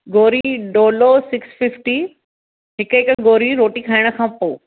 गोरी Dolo six fifty हिकु हिकु गोरी रोटी खाइण खां पोइ